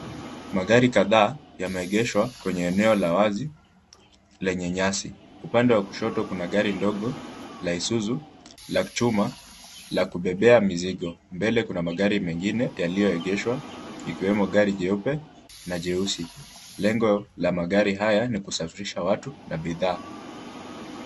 Magari kadhaa yameegeshwa kwenye eneo la wazi lenye nyasi. Upande wa kushoto kuna gari ndogo la Isuzu la chuma la kubebea mizigo. Mbele kuna magari mengine yaliyoegeshwa ikiwemo gari jeupe na jeusi. Lengo la magari haya ni kusafirisha watu na bidhaa.